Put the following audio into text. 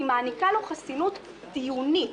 היא מעניקה לו חסינות דיונית